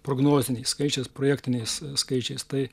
prognoziniais skaičiais projektiniais skaičiais tai